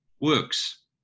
works